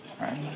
right